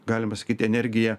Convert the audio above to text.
galima sakyt energija